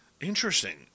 Interesting